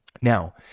Now